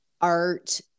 art